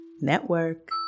Network